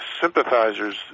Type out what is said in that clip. sympathizers